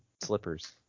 slippers